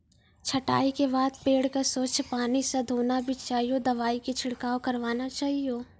छंटाई के बाद पेड़ क स्वच्छ पानी स धोना भी चाहियो, दवाई के छिड़काव करवाना चाहियो